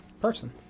person